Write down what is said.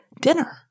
dinner